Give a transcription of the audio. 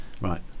Right